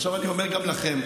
עכשיו אני אומר גם לכם,